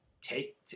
take